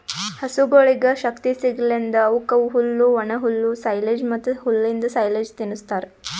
ಹಸುಗೊಳಿಗ್ ಶಕ್ತಿ ಸಿಗಸಲೆಂದ್ ಅವುಕ್ ಹುಲ್ಲು, ಒಣಹುಲ್ಲು, ಸೈಲೆಜ್ ಮತ್ತ್ ಹುಲ್ಲಿಂದ್ ಸೈಲೇಜ್ ತಿನುಸ್ತಾರ್